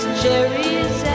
cherries